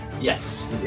Yes